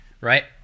Right